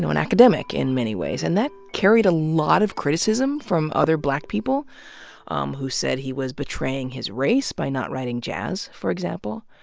an academic in many ways. and that carried a lot of criticism from other black people um who said he was betraying his race by not writing jazz, for example.